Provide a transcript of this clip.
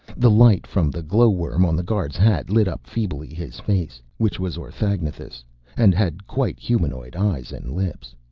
the light from the glowworm on the guard's hat lit up feebly his face, which was orthagnathous and had quite humanoid eyes and lips.